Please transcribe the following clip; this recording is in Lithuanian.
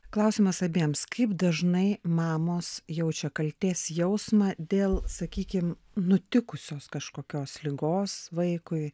klausimas abiems kaip dažnai mamos jaučia kaltės jausmą dėl sakykim nutikusios kažkokios ligos vaikui